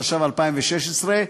התשע"ו 2016,